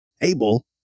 Abel